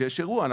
כשיש אירוע,